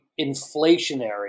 inflationary